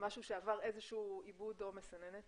ממשהו שעבר איזשהו עיבוד או מסננת